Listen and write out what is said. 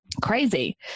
Crazy